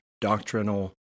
doctrinal